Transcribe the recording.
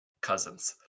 Cousins